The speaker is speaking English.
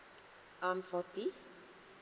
I'm forty